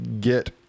get